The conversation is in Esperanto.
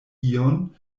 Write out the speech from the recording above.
ion